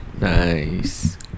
Nice